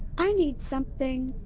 i need something.